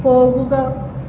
പോകുക